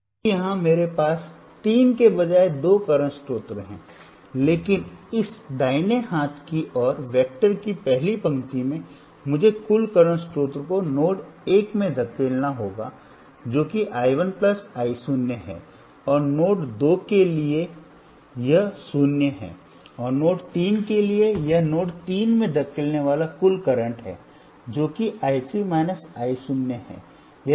अब यहां मेरे पास 3 के बजाय दो करंट स्रोत हैं लेकिन इस दाहिने हाथ की ओर वेक्टर की पहली पंक्ति में मुझे कुल करंट स्रोत को नोड 1 में धकेलना होगा जो कि I 1 I 0 है और नोड 2 के लिए यह 0 है और नोड 3 के लिए यह नोड 3 में धकेलने वाला कुल करंट है जो कि I 3 I 0 है